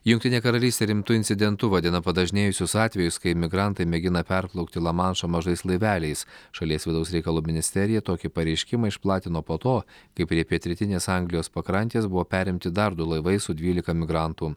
jungtinė karalystė rimtu incidentu vadina padažnėjusius atvejus kai migrantai mėgina perplaukt lamanšą mažais laiveliais šalies vidaus reikalų ministerija tokį pareiškimą išplatino po to kai prie pietrytinės anglijos pakrantės buvo perimti dar du laivai su dvylika migrantų